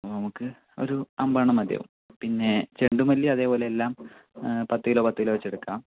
അപ്പോൾ നമുക്ക് ഒരു അമ്പതെണ്ണം മതിയാവും പിന്നേ ചെണ്ടുമല്ലി അതെപോലെ എല്ലാം പത്തുകിലോ പത്തുകിലോ വെച്ചെടുക്കാം